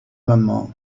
maman